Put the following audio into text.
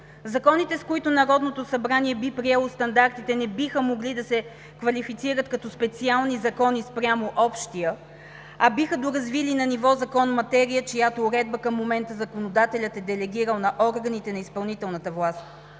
Законите, с които Народното събрание би приело стандартите, не биха могли да се квалифицират като специални закони спрямо общия, а биха доразвили на ниво закон материя, чиято уредба към момента законодателят е делегирал на органите на изпълнителната власт.